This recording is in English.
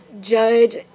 judge